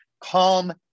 Calm